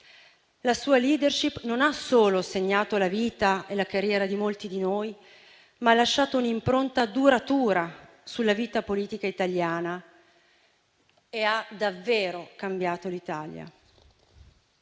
La sua *leadership* non ha solo segnato la vita e la carriera di molti di noi, ma ha lasciato un'impronta duratura sulla vita politica italiana e ha davvero cambiato l'Italia.